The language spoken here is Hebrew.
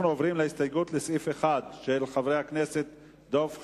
אנחנו עוברים להסתייגות לסעיף 1 של חברי הכנסת דב חנין,